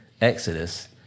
Exodus